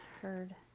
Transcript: heard